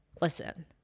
listen